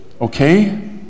Okay